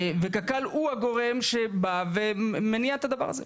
וקק"ל הוא הגורם שבא ומניע את הדבר הזה.